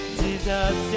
jesus